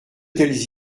telles